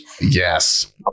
Yes